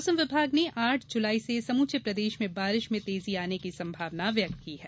मौसम विभाग ने आठ जुलाई से समूचे प्रदेश में बारिश में तेजी आने की संभावना व्यक्त की है